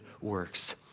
works